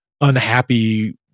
unhappy